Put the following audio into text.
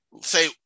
Say